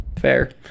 fair